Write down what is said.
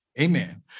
Amen